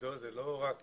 שבמגידו זה לא רק